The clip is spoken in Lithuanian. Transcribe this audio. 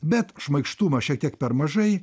bet šmaikštumo šiek tiek per mažai